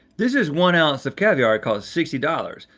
this is one ounce of caviar, it costs sixty dollars.